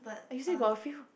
actually got a few